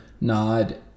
nod